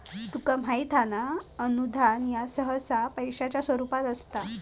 तुका माहित हां ना, अनुदान ह्या सहसा पैशाच्या स्वरूपात असता